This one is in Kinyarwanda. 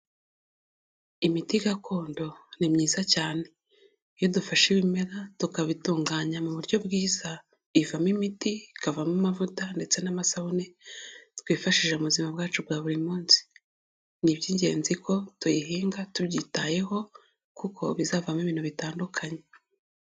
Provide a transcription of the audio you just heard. Imiti gakondo ni myiza cyane. Iyo dufashe ibimera tukabitunganya mu buryo bwiza, ivamo imiti, ikavamo amavuta, ndetse n'amasabune, twifashishije mu buzima bwacu bwa buri munsi. Ni iby'ingenzi ko tuyihinga tubyitayeho kuko bizavamo ibintu bitandukanye.